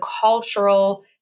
cultural